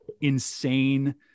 insane